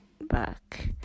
back